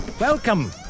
Welcome